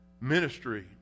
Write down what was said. Ministry